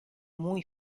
muy